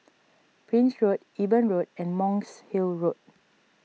Prince Road Eben Road and Monk's Hill Road